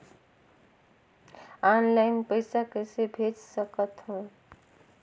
Online पइसा कइसे भेज सकत हो?